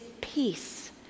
peace